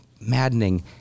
maddening